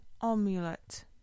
omelette